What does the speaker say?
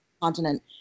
continent